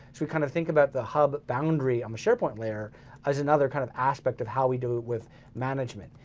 so we kind of think about the hub boundary on the sharepoint layer as another kind of aspect of how we do it with management.